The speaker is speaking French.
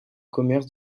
commerce